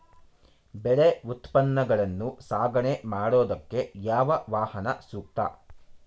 ಬೆಳೆ ಉತ್ಪನ್ನಗಳನ್ನು ಸಾಗಣೆ ಮಾಡೋದಕ್ಕೆ ಯಾವ ವಾಹನ ಸೂಕ್ತ?